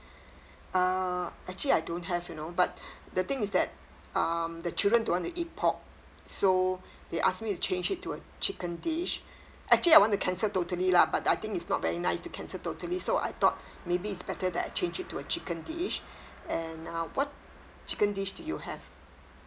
uh actually I don't have you know but the thing is that um the children don't want to eat pork so they ask me to change it to a chicken dish actually I want to cancel totally lah but I think it's not very nice to cancel totally so I thought maybe it's better that I change it to a chicken dish and now what chicken dish do you have